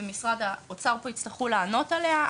ומשרד האוצר משרד האוצר יצטרכו לענות עליה.